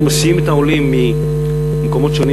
היו מסיעים את העולים ממקומות שונים